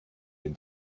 den